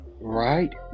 Right